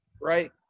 right